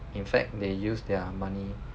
in fact they use their money